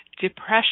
depression